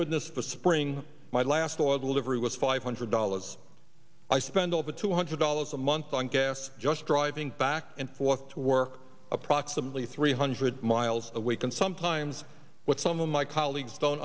goodness for spring my last oil delivery was five hundred dollars i spend over two hundred dollars a month on gas just driving back and forth to work approximately three hundred miles away can sometimes what some of my colleagues don't